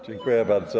Dziękuję bardzo.